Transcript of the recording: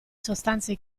sostanze